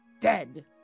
dead